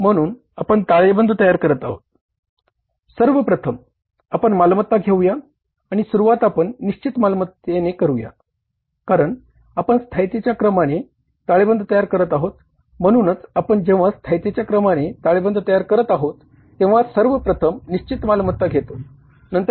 म्हणून आपण ताळेबंद तयार करत आहोत सर्व प्रथम आपण मालमत्ता घेऊया आणि सुरुवात आपण निश्चित मालमत्तेने करूया कारण आपण स्थायीतेच्या क्रमाने ताळेबंद तयार करत आहोत तेंव्हा सर्व प्रथम निश्चित मालमत्ता घेतो